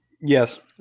Yes